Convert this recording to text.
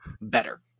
better